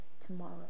tomorrow